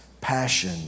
passion